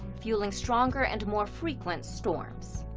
fueling stronger and more frequent storms.